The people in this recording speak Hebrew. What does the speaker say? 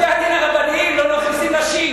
בתי-הדין הרבניים לא מכניסים נשים.